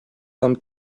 tam